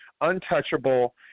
untouchable